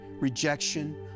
rejection